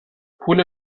پول